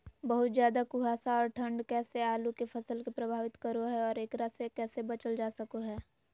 बहुत ज्यादा कुहासा और ठंड कैसे आलु के फसल के प्रभावित करो है और एकरा से कैसे बचल जा सको है?